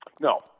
No